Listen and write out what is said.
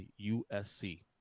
USC